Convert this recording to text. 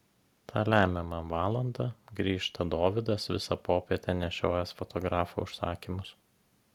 tą lemiamą valandą grįžta dovydas visą popietę nešiojęs fotografo užsakymus